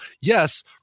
Yes